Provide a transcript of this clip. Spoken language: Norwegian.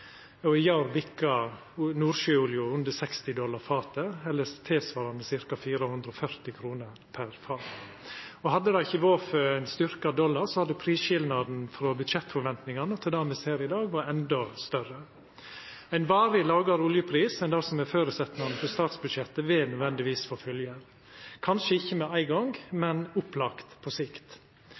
og i går bikka nordsjøolja under 60 dollar fatet, tilsvarande ca. 440 kr per fat. Hadde det ikkje vore for ein styrkt dollar, hadde prisskilnaden frå budsjettforventningane til det me ser i dag, vore endå større. Ein varig lågare oljepris enn det som er føresetnaden for statsbudsjettet, vil nødvendigvis få følgjer, kanskje ikkje med ein gong, men opplagt på sikt.